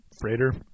freighter